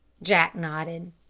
jack nodded.